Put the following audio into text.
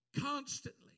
constantly